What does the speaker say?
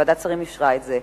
ועדת שרים אישרה את זה,